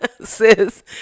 Sis